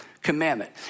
commandment